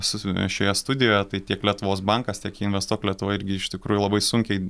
su šioje studijoje tai tiek lietuvos bankas tokie investuok lietuvoje irgi iš tikrųjų labai sunkiai